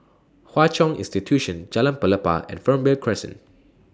Hwa Chong Institution Jalan Pelepah and Fernvale Crescent